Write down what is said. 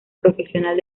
profesional